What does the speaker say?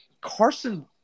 Carson –